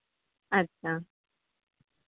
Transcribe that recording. اچھا